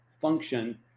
function